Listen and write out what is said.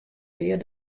pear